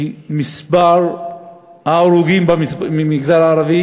כי מספר ההרוגים מהמגזר הערבי